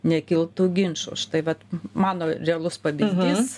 nekiltų ginčų štai vat mano realus pavyzdys